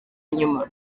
nyuma